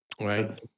right